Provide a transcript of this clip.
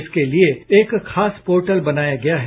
इसके लिए एक खास पोर्टल बनाया गया है